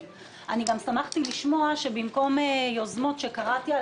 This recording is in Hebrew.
תקצוב המרכז למקומות קדושים,